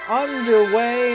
underway